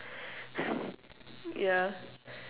yeah